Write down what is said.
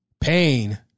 pain